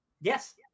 Yes